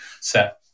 set